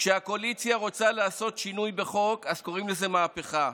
כשהקואליציה רוצה לעשות שינוי בחוק אז קוראים לזה מהפכה,